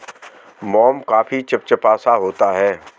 मोम काफी चिपचिपा सा होता है